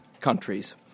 countries